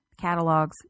catalogs